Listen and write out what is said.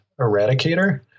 Eradicator